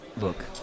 look